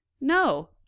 no